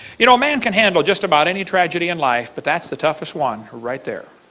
you know man can handle just about any tragedy in life, but that's the toughest one right there.